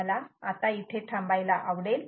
मला आता इथे थांबायला आवडेल